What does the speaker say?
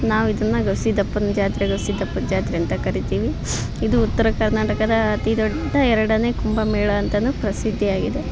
ನಾವು ಇದನ್ನ ಗವಿ ಸಿದ್ಧಪ್ಪನ ಜಾತ್ರೆ ಗವಿ ಸಿದ್ಧಪ್ಪನ ಜಾತ್ರೆ ಅಂತ ಕರಿತೀವಿ ಇದು ಉತ್ತರ ಕರ್ನಾಟಕದ ಅತೀ ದೊಡ್ಡ ಎರಡನೇ ಕುಂಭ ಮೇಳ ಅಂತನು ಪ್ರಸಿದ್ಧಿಯಾಗಿದೆ